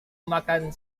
makan